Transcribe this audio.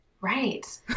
Right